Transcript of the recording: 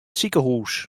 sikehús